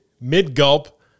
mid-gulp